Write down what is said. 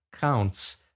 counts